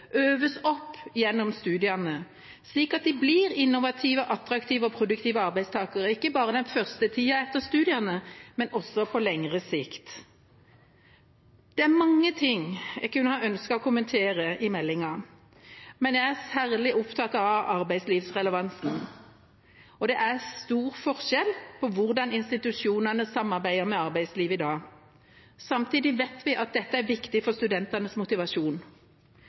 øves opp gjennom studiene, slik at de blir innovative, attraktive og produktive arbeidstakere – ikke bare den første tida etter studiene, men også på lengre sikt. Det er mye i meldinga jeg kunne ønsket å kommentere, men jeg er særlig opptatt av arbeidslivsrelevans. Det er stor forskjell på hvordan institusjonene samarbeider med arbeidslivet i dag. Samtidig vet vi at dette er viktig for studentenes motivasjon.